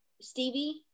Stevie